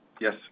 Yes